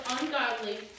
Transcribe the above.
ungodly